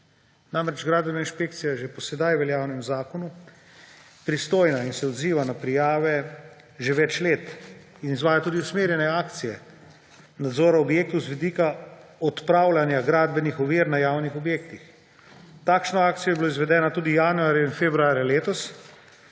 delamo. Gradbena inšpekcija je že po sedaj veljavnem zakonu pristojna in se odziva na prijave že več let in izvajajo tudi usmerjene akcije nadzora objektov z vidika odpravljanja gradbenih ovir na javnih objektih. Takšna akcija je bila izvedena tudi januarja in februarja letos,